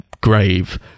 grave